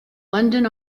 london